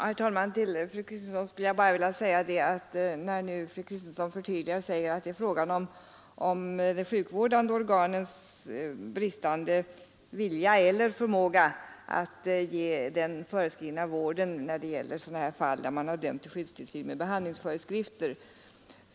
Herr talman! Fru Kristensson förtydligar sig och säger att det är fråga om de sjukvårdande organens bristande vilja eller förmåga att ge den föreskrivna vården i sådana här fall där man har dömt till skyddstillsyn med behandlingsföreskrifter.